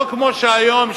לא כמו היום,